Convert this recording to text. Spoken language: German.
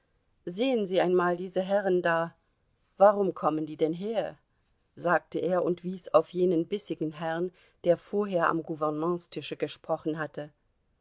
sehen sie einmal diese herren da warum kommen die denn her sagte er und wies auf jenen bissigen herrn der vorher am gouvernementstische gesprochen hatte